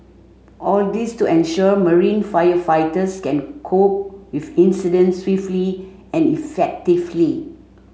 all this to ensure marine firefighters can cope with incidents swiftly and effectively